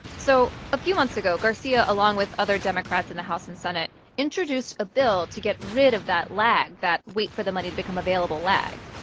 so a few months ago, garcia, along with other democrats in the house and senate, introduced a bill to get rid of that lag, that wait-for-the-money-to-become-available lag.